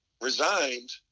resigned